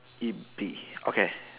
it be okay